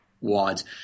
wads